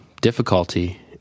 difficulty